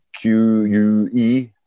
Q-U-E